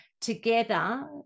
together